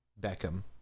Beckham